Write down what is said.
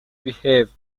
behaved